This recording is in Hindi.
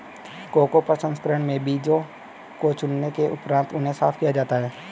कोको प्रसंस्करण में बीजों को चुनने के उपरांत उन्हें साफ किया जाता है